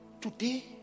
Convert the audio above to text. today